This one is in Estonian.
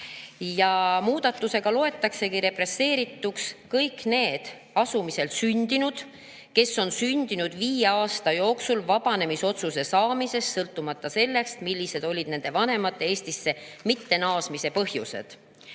Muudatusega loetaksegi represseerituks kõik need asumisel sündinud, kes on sündinud viie aasta jooksul vabanemisotsuse saamisest, sõltumata sellest, millised olid nende vanemate Eestisse mittenaasmise põhjused.